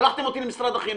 שלחתם אותי למשרד החינוך.